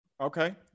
Okay